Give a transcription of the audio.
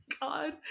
God